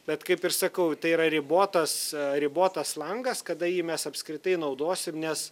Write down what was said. bet kaip ir sakau tai yra ribotas ribotas langas kada jį mes apskritai naudosim nes